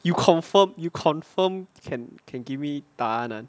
you confirm you confirm can can give me 答案 [one]